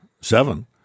Seven